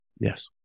Yes